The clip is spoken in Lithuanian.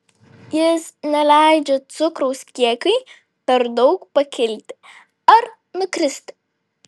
jis neleidžia cukraus kiekiui per daug pakilti ar nukristi